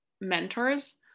mentors